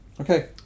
okay